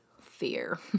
Fear